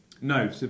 no